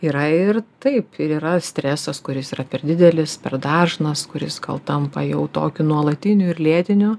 yra ir taip ir yra stresas kuris yra per didelis per dažnas kuris gal tampa jau tokiu nuolatiniu ir lėtiniu